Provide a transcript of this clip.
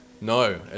No